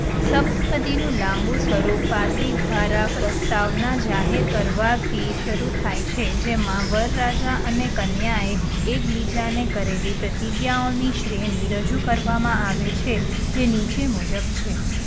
સપ્તપદીનું લાંબુ સ્વરૂપ પાદરી દ્વારા પ્રસ્તાવના જાહેર કરવાથી શરૂ થાય છે જેમાં વરરાજા અને કન્યાએ એકબીજાને કરેલી પ્રતિજ્ઞાઓની શ્રેણી રજૂ કરવામાં આવે છે જે નીચે મુજબ છે